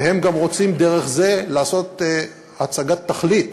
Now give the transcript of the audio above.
וגם רוצים דרך זה לעשות הצגת תכלית